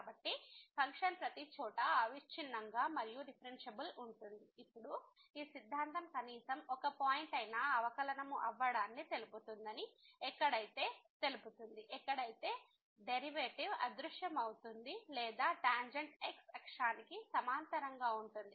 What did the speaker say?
కాబట్టి ఫంక్షన్ ప్రతిచోటా అవిచ్ఛిన్నంగా మరియు డిఫరెన్షియబుల్ ఉంటుంది ఇప్పుడు ఈ సిద్ధాంతం కనీసం ఒక పాయింట్ అయినా అవకలనము అవ్వడాన్ని తెలుపుతుంది ఎక్కడైతే డెరివేటివ్ అదృశ్యమవుతుంది లేదా టాంజెంట్ x అక్షానికి సమాంతరంగా ఉంటుంది